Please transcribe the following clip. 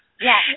Yes